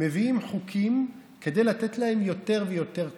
מביאים חוקים כדי לתת להם יותר ויותר כוח.